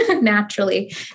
naturally